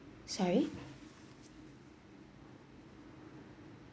sorry